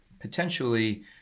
potentially